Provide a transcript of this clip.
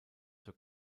zur